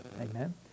Amen